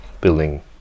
building